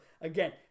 again